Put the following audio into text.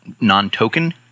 non-token